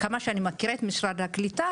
עד כמה שאני מכירה את משרד הקליטה,